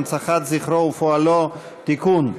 אתרים לאומיים ואתרי הנצחה (תיקון,